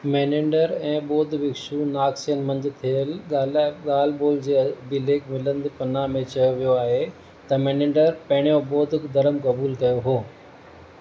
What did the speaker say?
Menander ऐं ॿोधु भिक्षु नागसेन मंझि थियल ॻाला ॻाल्हि ॿोल्हि जे अभिलेख मिलिंद पन्ना में चयो वियो आहे त मेनेंडर पहिरें ॿोधिक धरम क़बूलु कयो हुओ